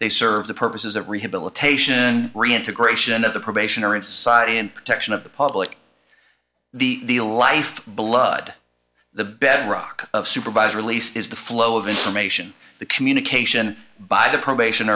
they serve the purposes of rehabilitation reintegration of the probation or in society and protection of the public the life blood the bedrock of supervised release is the flow of information the communication by the probation